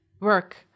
work